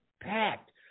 packed